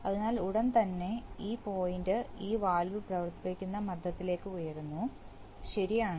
അതിനാൽ ഉടൻ തന്നെ ഈ പോയിന്റ് ഈ വാൽവ് പ്രവർത്തിപ്പിക്കുന്ന മർദ്ദത്തിലേക്ക് ഉയരുന്നു ശരിയാണ്